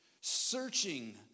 Searching